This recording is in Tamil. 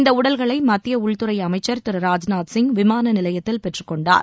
இந்த உடல்களை மத்திய உள்துறை அமைச்சர் திரு ராஜ்நாத் சிங் விமான நிலையத்தில் பெற்றுக்கொண்டார்